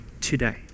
today